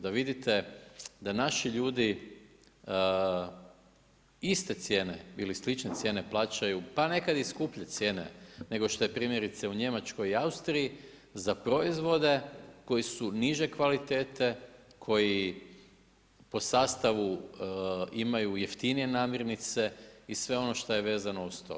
Da vidite, da naši ljudi, iste cijene ili slične cijene plaćaju pa nekad i skuplje cijene, nego što je primjerice u Njemačkoj i u Austriji, za proizvode, koji su niža kvalitete, koji po sastavu imaju jeftinije namirnice i sve ono što je vezano uz to.